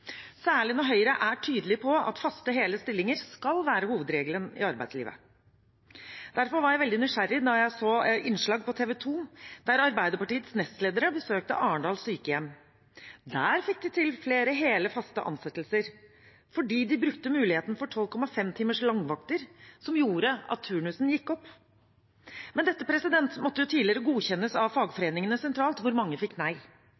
særlig når Høyre er tydelig på at faste, hele stillinger skal være hovedregelen i arbeidslivet. Derfor ble jeg nysgjerrig da jeg så et innslag på TV 2 der Arbeiderpartiets nestledere besøkte sykehjem i Arendal. Der fikk de til flere hele, faste ansettelser fordi de brukte muligheten for 12,5 timers langvakter, som gjorde at turnusen gikk opp. Men dette måtte tidligere godkjennes av fagforeningene sentralt, hvor mange fikk nei.